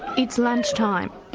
it's lunch time,